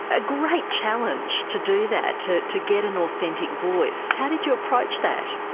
a great challenge to do that, to to get an authentic voice. how did you approach that?